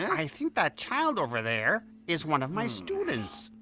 i think that child over there. is one of my students.